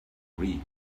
read